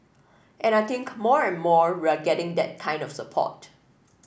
and I think more and more we are getting that kind of support